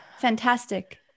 fantastic